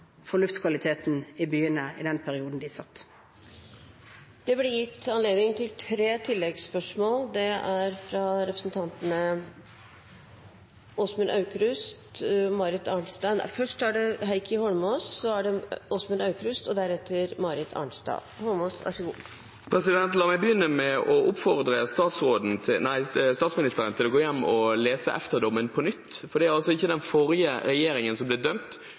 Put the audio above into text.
for luftkvaliteten i byene i den perioden de satt. Det blir oppfølgingsspørsmål – først Heikki Eidsvoll Holmås. La meg begynne med å oppfordre statsministeren til å gå hjem og lese EFTA-dommen på nytt, for det er ikke den forrige regjeringen som ble dømt. Utslippene var riktignok i forrige periode, men det var denne regjeringen som ble dømt, fordi denne regjeringen ikke var i stand til å levere en plan for hvordan man skulle sørge for